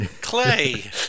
Clay